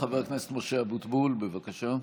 חבר הכנסת משה אבוטבול, בבקשה.